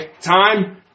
Time